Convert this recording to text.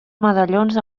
medallons